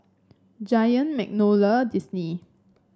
Giant Magnolia Disney